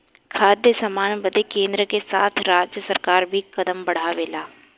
खाद्य सामान बदे केन्द्र के साथ राज्य सरकार भी कदम बढ़ौले बा